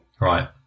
Right